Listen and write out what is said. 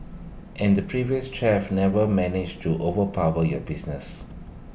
and the previous chef never managed to overpower your business